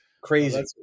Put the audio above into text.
crazy